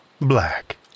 black